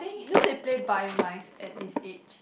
then they play blind mice at this age